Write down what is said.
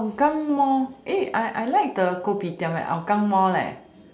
hougang mall eh I like the food at hougang mall leh